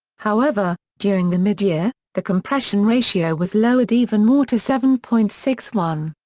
however, during the mid-year, the compression ratio was lowered even more to seven point six one.